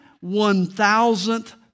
one-thousandth